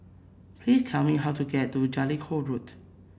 please tell me how to get to Jellicoe Road